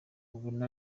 ubu